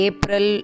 April